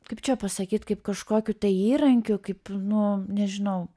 kaip čia pasakyt kaip kažkokiu tai įrankiu kaip nu nežinau